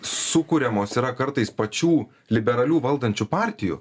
sukuriamos yra kartais pačių liberalių valdančių partijų